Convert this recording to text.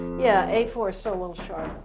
yeah, a four is still a little sharp.